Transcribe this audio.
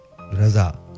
Raza